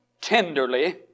tenderly